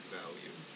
value